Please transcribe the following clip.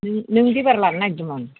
नों नों एबार लानो नागिरदों नामा